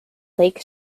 lake